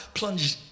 plunged